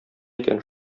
икән